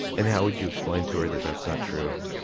and how would you explain to her that that's not true?